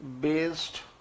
based